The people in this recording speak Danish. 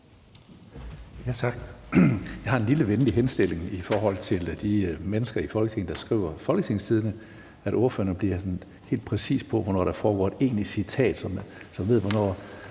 Tak. Jeg har en lille venlig henstilling i forhold til de mennesker i Folketinget, der skriver Folketingstidende, om, at ordførerne bliver sådan helt præcise på, hvornår der er tale om et egentligt citat, så vi ved, hvornår